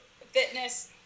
fitness